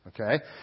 Okay